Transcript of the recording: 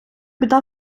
біда